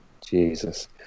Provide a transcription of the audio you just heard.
Jesus